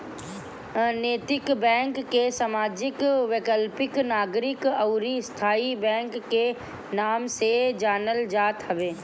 नैतिक बैंक के सामाजिक, वैकल्पिक, नागरिक अउरी स्थाई बैंक के नाम से जानल जात हवे